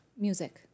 music